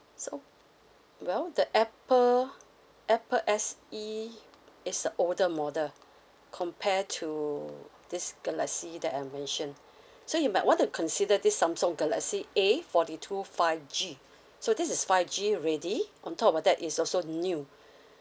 so well the apple apple S E it's a older model compare to this galaxy that I mentioned so you might want to consider this samsung galaxy A forty two five G so this is five G ready on top of that it's also new